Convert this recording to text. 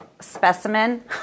specimen